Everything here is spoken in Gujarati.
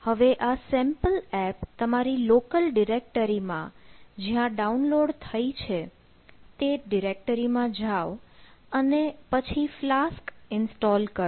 હવે આ સેમ્પલ એપ તમારી લોકલ ડિરેક્ટરીમાં જ્યાં ડાઉનલોડ થઇ છે તે ડિરેક્ટરીમાં જાવ અને પછી ફ્લાસ્ક ઇન્સ્ટોલ કરો